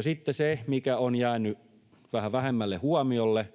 sitten on se, mikä on jäänyt vähän vähemmälle huomiolle,